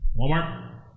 Walmart